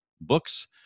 books